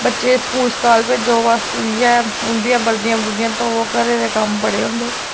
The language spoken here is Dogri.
बच्चें गी स्कूल स्काल भेज्जो इ'यै उंदियां बर्दियां बुर्दियां धोवो घरै दे कम्म बड़े होंदे